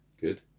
Good